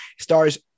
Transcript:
Stars